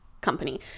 company